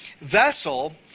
vessel